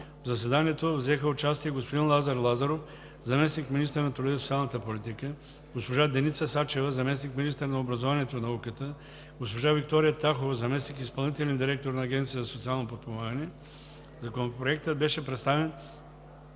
В заседанието взеха участие: господин Лазар Лазаров – заместник-министър на труда и социалната политика; госпожа Деница Сачева – заместник-министър на образованието и науката; госпожа Виктория Тахова – заместник-изпълнителен директор на Агенцията за социално подпомагане. Законопроектът беше представен